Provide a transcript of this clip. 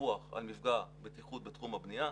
'דיווח על מפגע בטיחות בתחום הבנייה',